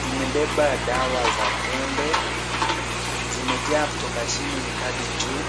Imebeba dawa za tembe. Zimejaa kutoka chini hadi juu.